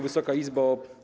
Wysoka Izbo!